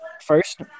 first